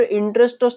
interest